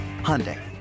Hyundai